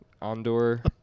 Andor